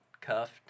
cuffed